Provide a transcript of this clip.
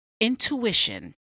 intuition